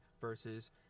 versus